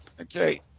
Okay